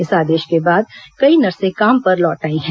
इस आदेश के बाद कई नर्से काम पर लौट आई हैं